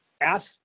ask